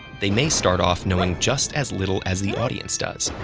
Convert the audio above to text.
they may start off knowing just as little as the audience does,